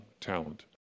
talent